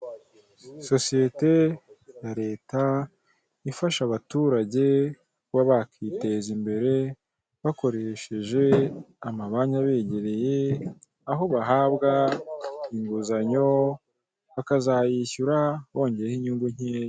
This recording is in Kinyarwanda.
Sosiyete na leta ifasha abaturage kuba bakiteza imbere bakoresheje amabanki abegereye aho bahabwa inguzanyo bakazayishyura bongeyeho inyungu nkeya.